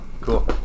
Cool